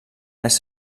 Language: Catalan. més